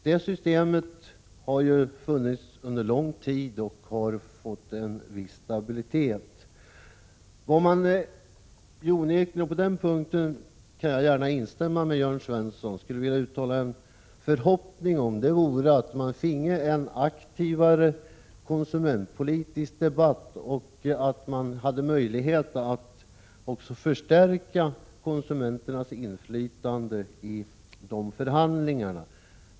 Det systemet har funnits under lång tid och har fått en viss stabilitet. Vad man onekligen — och på den punkten kan jag gärna instämma med Jörn Svensson — skulle vilja uttala en förhoppning om är att det skulle bli en aktivare konsumentpolitisk debatt och att det också fanns möjlighet att förstärka konsumenternas inflytande på dessa förhandlingar.